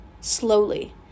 slowly